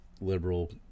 liberal